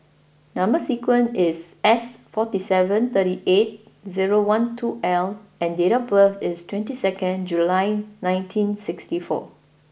number sequence is S forty seven thirty eight zero one two L and date of birth is twenty second July nineteen sixty four